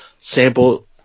sample